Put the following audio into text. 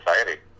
society